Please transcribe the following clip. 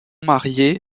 mariée